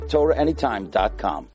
TorahAnytime.com